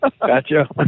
Gotcha